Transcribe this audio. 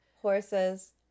horses